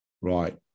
Right